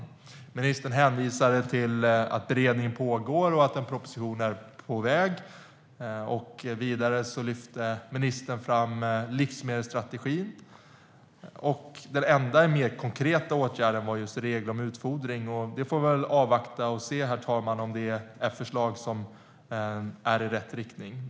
Ministern hänvisade till att beredning pågår och att en proposition är på väg. Vidare lyfte ministern fram livsmedelsstrategin. Den enda mer konkreta åtgärden var regler om utfodring. Vi får väl avvakta och se, herr talman, om det är förslag som är i rätt riktning.